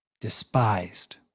despised